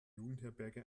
jugendherberge